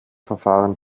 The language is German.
verfahren